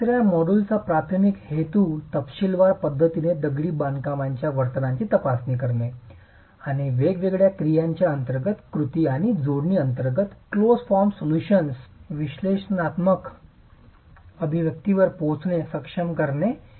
तिसर्या मॉड्यूलचा प्राथमिक हेतू तपशीलवार पद्धतीने दगडी बांधकामाच्या वर्तनाची तपासणी करणे आणि वेगवेगळ्या क्रियांच्या अंतर्गत कृती आणि जोडणी अंतर्गत close form solution close form विश्लेषणात्मक अभिव्यक्तीवर पोहोचणे सक्षम करणे आहे